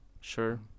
sure